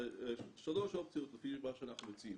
שלוש אופציות על פי מה שאנחנו מציעים.